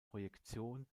projektion